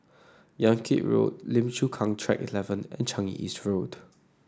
Yan Kit Road Lim Chu Kang Track Eleven and Changi East Road